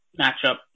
matchup